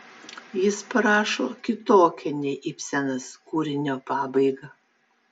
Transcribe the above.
jis parašo kitokią nei ibsenas kūrinio pabaigą